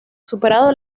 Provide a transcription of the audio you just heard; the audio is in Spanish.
superado